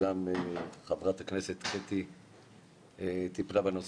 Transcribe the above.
וכן יצאה הנחיה ממשרד הבריאות לגבי